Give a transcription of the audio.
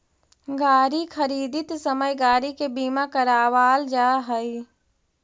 गाड़ी खरीदित समय गाड़ी के बीमा करावल जा हई